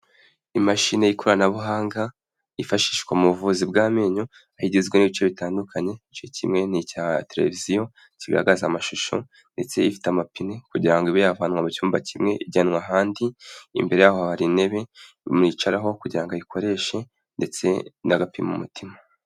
Imashini y'ikoranabuhanga yifashishwa mu buvuzi bw'amenyo, iho igizwe n'ibice bitandukanye, igice kimwe ni icya televiziyo kigaragaza amashusho ndetse ifite amapine kugira ngo ibe yavanwa mu cyumba kimwe ijyanwa ahandi, imbere yaho hari intebe umuntu yicaraho kugira ngo ayikoreshe ndetse n'agapima umutima.